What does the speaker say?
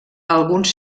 alguns